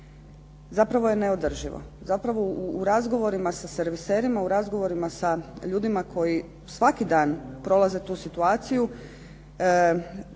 zapravo je neodrživo. Zapravo u razgovorima sa serviserima, u razgovorima sa ljudima koji svaki dan prolaze tu situaciju